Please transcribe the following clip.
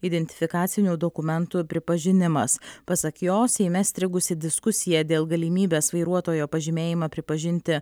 identifikacinių dokumentų pripažinimas pasak jo seime strigusi diskusija dėl galimybės vairuotojo pažymėjimą pripažinti